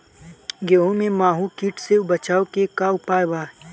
गेहूँ में माहुं किट से बचाव के का उपाय बा?